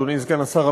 אדוני סגן השר,